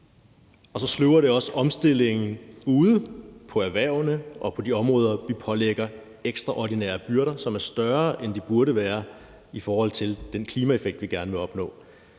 og så sløver det også omstillingen ude i erhvervene og på de områder, vi pålægger ekstraordinære byrder, som er større, end de burde være i forhold til den klimaeffekt, vi gerne vil opnå.